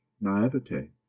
naivete